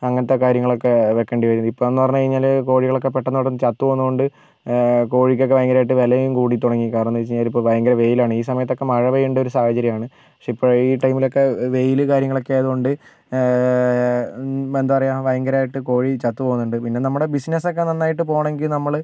അങ്ങനത്തെ കാര്യങ്ങളൊക്കെ വെക്കേണ്ടി വരും ഇപ്പോഴെന്ന് പറഞ്ഞു കഴിഞ്ഞാൽ കോഴികളൊക്കെ പെട്ടെന്ന് പെട്ടെന്ന് ചത്ത് പോകുന്നത് കൊണ്ട് കോഴിക്കൊക്കെ ഭയങ്കരമായിട്ട് വിലയും കൂടി തുടങ്ങി കാരണംന്ന് വെച്ച് കഴിഞ്ഞാൽ ഇപ്പംഭയങ്കര വെയിലാണ് ഈ സമയത്തൊക്കെ മഴ പെയ്യേണ്ട ഒരു സാഹചര്യമാണ് പക്ഷേ ഇപ്പം ഈ ടൈമിലൊക്കെ വെയിൽ കാര്യങ്ങളൊക്കെ ആയത് കൊണ്ട് എന്താ പറയാ ഭയങ്കരമായിട്ട് കോഴി ചത്ത് പോകുന്നുണ്ട് പിന്നെ നമ്മുടെ ബിസിനസ്സൊക്കെ നന്നായിട്ട് പോകണമെങ്കിൽ നമ്മൾ